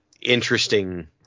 interesting